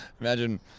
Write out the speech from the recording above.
Imagine